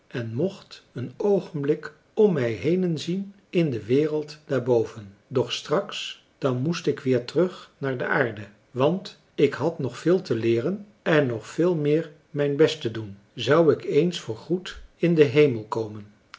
en mocht een oogenblik om mij henen zien in de wereld daarboven doch straks dan moest ik weer terug naar de aarde want ik had nog veel te leeren en nog veel meer mijn best te doen zou ik eens voorgoed in den hemel komen